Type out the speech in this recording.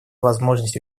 возможность